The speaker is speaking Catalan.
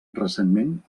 recentment